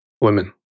women